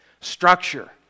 Structure